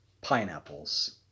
pineapples